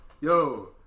Yo